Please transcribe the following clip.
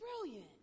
brilliant